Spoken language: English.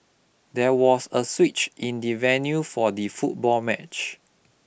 there was a switch in the venue for the football match